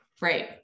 Right